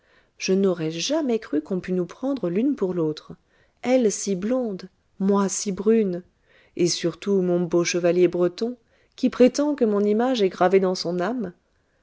je n'aurais jamais cru qu'on pût nous prendre l'une pour l'autre elle si blonde moi si brune et surtout mon beau chevalier breton qui prétend que mon image est gravée dans son âme